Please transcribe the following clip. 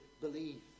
believe